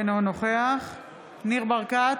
אינו נוכח ניר ברקת,